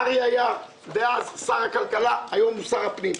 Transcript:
אריה דרעי היה אז שר הכלכלה והיום הוא שר הפנים.